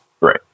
Right